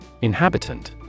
Inhabitant